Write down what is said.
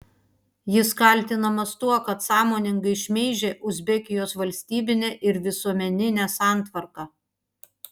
jis kaltinamas tuo kad sąmoningai šmeižė uzbekijos valstybinę ir visuomeninę santvarką